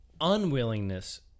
unwillingness